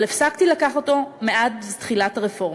אבל הפסקתי לקחת אותו מאז תחילת הרפורמה.